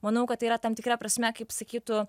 manau kad tai yra tam tikra prasme kaip sakytų